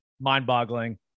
mind-boggling